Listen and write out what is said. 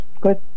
Good